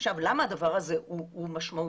למה הדבר הזה הוא משמעותי?